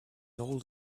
old